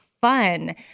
fun